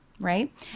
right